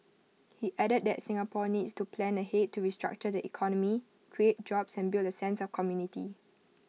he added that Singapore needs to plan ahead to restructure the economy create jobs and build A sense of community